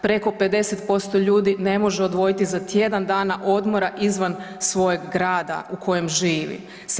Preko 50% ljudi ne može odvojiti za tjedan dana odmora izvan svojeg grada u kojem živi.